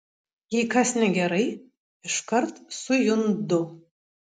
jei kas negerai iškart sujundu